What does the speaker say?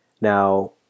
Now